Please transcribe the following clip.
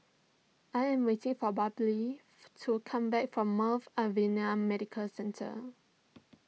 I am waiting for to come back from Mount Alvernia Medical Centre